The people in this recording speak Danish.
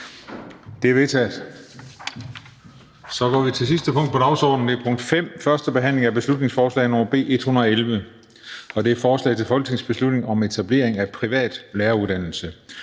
huslige indsats. --- Det sidste punkt på dagsordenen er: 5) 1. behandling af beslutningsforslag nr. B 111: Forslag til folketingsbeslutning om etablering af privat læreruddannelse.